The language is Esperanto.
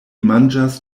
manĝas